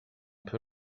peu